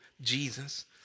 Jesus